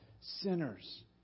sinners